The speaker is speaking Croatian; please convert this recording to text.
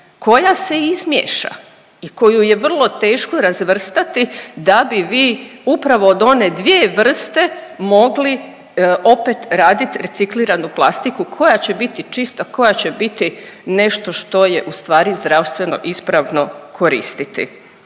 koja se izmiješa i koju je vrlo teško razvrstati da bi vi upravo od one dvije vrste mogli opet radit recikliranu plastiku koja će biti čista, koja će biti nešto što je u stvari zdravstveno ispravno koristiti.